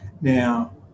Now